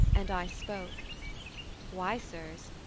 and i spoke why, sirs,